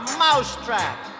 mousetrap